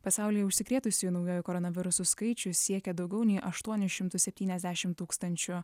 pasaulyje užsikrėtusiųjų naujuoju koronavirusu skaičius siekia daugiau nei aštuonis šimtus septyniasdešimt tūkstančių